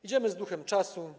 Idziemy z duchem czasu.